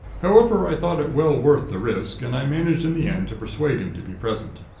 however, i thought it well worth the risk, and i managed in the end to persuade him to be present.